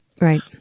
Right